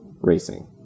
racing